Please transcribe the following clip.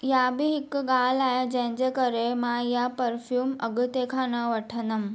इहा बि हिकु ॻाल्हि आहे जंहिंजे करे मां इहा परफ्यूम अॻिते खां न वठंदमि